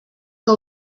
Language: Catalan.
que